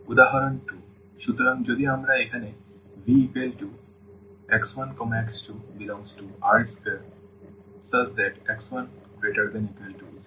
উদাহরণ 2 সুতরাং যদি আমরা এখানে Vx1x2R2x1≥0x2≥0 নিয়ে যাই